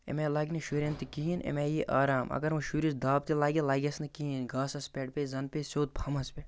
اَمہِ آیہِ لَگہِ شُرٮ۪ن تہِ کِہیٖنٛۍ اَمہِ آیہِ آرام اگر وۄنۍ شُرِس دَب تہِ لگہِ لگٮ۪س نہٕ کِہیٖنٛۍ گاسَس پٮ۪ٹھ پیٚیہِ زن پےٚ سیٚود پھمبس پٮ۪ٹھ